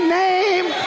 name